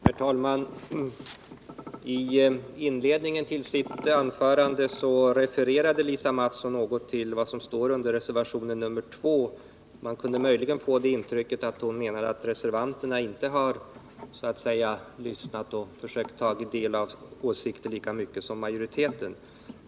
Herr talman! I inledningen till sitt anförande refererade Lisa Mattson något till vad som står i reservation 2. Man kunde möjligen få intrycket att hon menar att reservanterna inte har lyssnat till och tagit del av olika åsikter i lika stor utsträckning som utskottsmajoriteten.